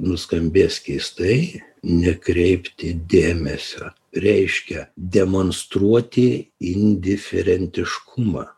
nuskambės keistai nekreipti dėmesio reiškia demonstruoti indiferentiškumą